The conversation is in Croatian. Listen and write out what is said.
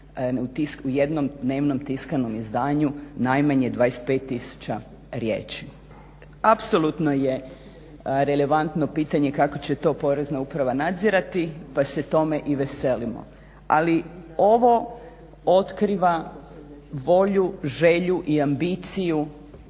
u jednom dnevnom tiskanom izdanju najmanje 25 tisuća riječi. Apsolutno je relevantno pitanje kako će to porezna uprava nadzirati pa se tome i veselimo. Ali ovo otkriva volju, želju i ambiciju